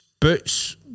Boots